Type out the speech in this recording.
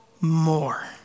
more